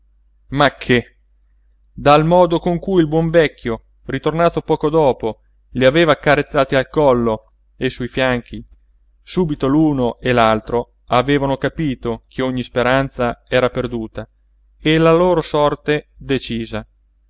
ma che dal modo con cui il buon vecchio ritornato poco dopo li aveva accarezzati al collo e sui fianchi subito l'uno e l'altro avevano capito che ogni speranza era perduta e la loro sorte decisa